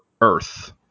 earth